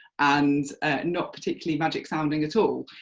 and not particularly magic-sounding at all.